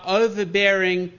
overbearing